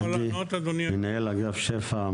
מנהל אגף שפ"ע,